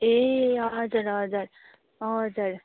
ए हजुर हजुर हजुर